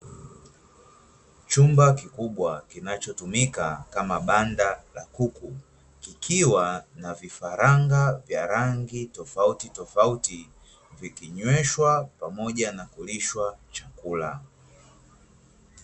Chumba kikubwa kinachotumika kama banda la kuku, kikiwa na vifaranga vya rangi tofautitofauti vikinyweshwa pamoja na kulishwa chakula.